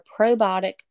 probiotic